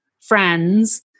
friends